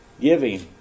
Giving